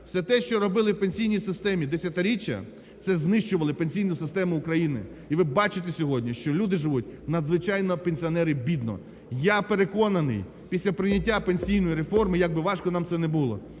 Все те, що робили в пенсійній системи десятиріччя – це знищували пенсійну систему України. І ви бачите сьогодні, що люди живуть, надзвичайно, пенсіонери, бідно. Я переконаний, після прийняття пенсійної реформи, як би важко нам це не було,